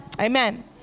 Amen